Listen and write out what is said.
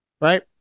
right